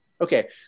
okay